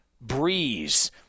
Breeze